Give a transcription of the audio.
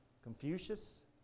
Confucius